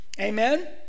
Amen